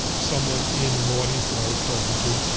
someone in an audience that i was talking to